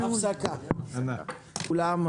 שלום לכולם,